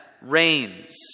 reigns